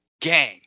gang